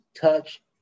touch